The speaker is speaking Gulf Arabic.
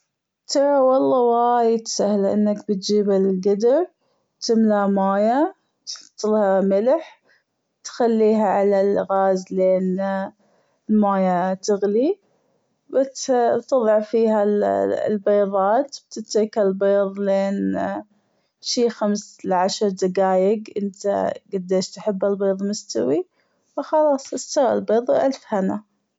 ترى والله وايد سهل أنك بتجيب الجدر تملاه مويه وتحطلها ملح وتخليها على الغاز لين المويه تغلي بتطلع فيها البيظات بتترك البيظ لين شي خمس لعشر دقايق أنت جديش تحب البيظ مستوي وخلاص أستوى البيظ وبألف هنا.